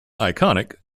iconic